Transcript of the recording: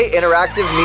Interactive